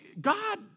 God